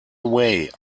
way